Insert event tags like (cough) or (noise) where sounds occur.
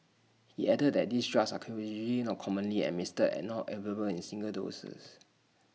he added that these drugs are (unintelligible) usually not commonly administered and not available in single doses